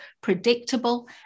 predictable